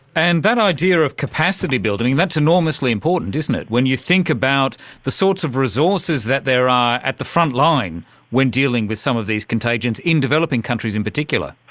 and that idea of capacity building, that's enormously important, isn't it, when you think about the sorts of resources that there are at the front line when dealing with some of these contagions contagions in developing countries in particular.